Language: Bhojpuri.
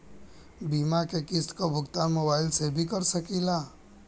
बीमा के किस्त क भुगतान मोबाइल से भी कर सकी ला?